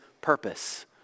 purpose